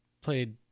played